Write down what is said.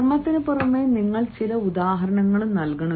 നർമ്മത്തിന് പുറമെ നിങ്ങൾ ചില ഉദാഹരണങ്ങളും നൽകണം